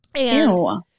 Ew